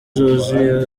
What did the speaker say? zuzuye